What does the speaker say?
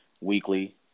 weekly